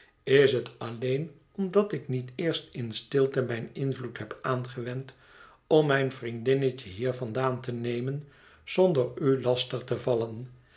is het alleen omdat ik niet eerst in stilte mijn invloed heb aangewend om mijn vriendinnetje hier vandaan te nemen zonder u lastig te vallen